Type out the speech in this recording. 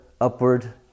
upward